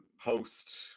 host